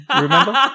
remember